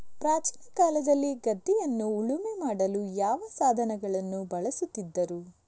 ಪ್ರಾಚೀನ ಕಾಲದಲ್ಲಿ ಗದ್ದೆಯನ್ನು ಉಳುಮೆ ಮಾಡಲು ಯಾವ ಸಾಧನಗಳನ್ನು ಬಳಸುತ್ತಿದ್ದರು?